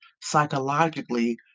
psychologically